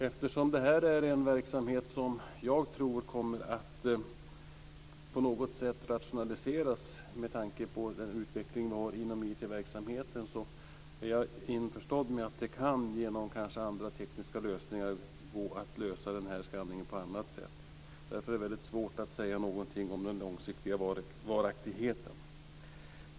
Eftersom jag tror att det här är en verksamhet som på något sätt kommer att rationaliseras med tanke på utvecklingen inom IT-verksamheten är jag införstådd med att det genom andra tekniska lösningar kan gå att utföra scanning på annat sätt. Därför är det svårt att säga något om den långsiktiga varaktigheten.